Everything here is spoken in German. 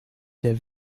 der